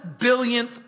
billionth